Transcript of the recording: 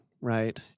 right